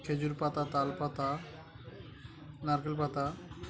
খেজুর পাতা তাল পাতা নারকেল পাতা